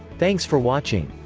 thanks for watching.